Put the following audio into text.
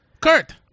Kurt